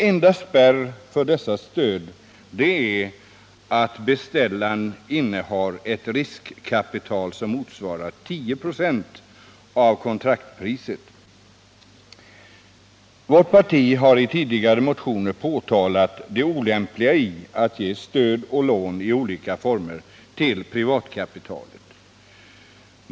Enda spärren för dessa stöd är att beställaren innehar ett riskkapital som motsvarar 10 96 av kontraktpriset. Vårt parti har i tidigare motioner påtalat det olämpliga i att ge stöd och lån i olika former till privatkapitalet.